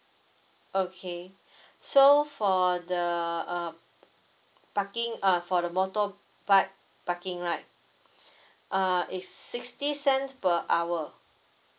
okay so for the uh parking uh for the motorbike parking right uh is sixty cents per hour